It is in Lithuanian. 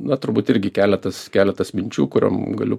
na turbūt irgi keletas keletas minčių kuriom galiu